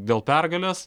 dėl pergalės